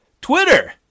Twitter